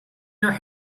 your